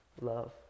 Love